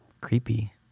creepy